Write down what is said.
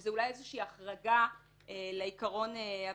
וזו אולי איזושהי החרגה לעיקרון הבסיסי,